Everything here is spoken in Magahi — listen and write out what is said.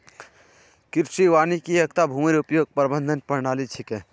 कृषि वानिकी एकता भूमिर उपयोग प्रबंधन प्रणाली छिके